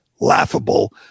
laughable